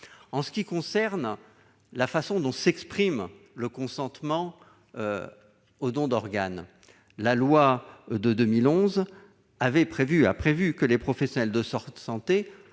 En ce qui concerne la façon dont s'exprime le consentement au don d'organes, la loi de 2011 a prévu que les professionnels de santé